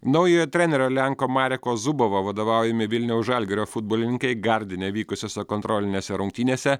naujojo trenerio lenko mareko zubo vadovaujami vilniaus žalgirio futbolininkai gardine vykusiose kontrolinėse rungtynėse